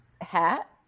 hat